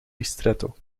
ristretto